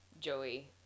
Joey